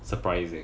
surprising